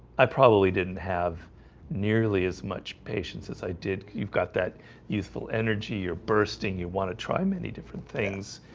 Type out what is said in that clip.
i probably didn't have nearly as much patience as i did you've got that youthful energy you're bursting you want to try many different things,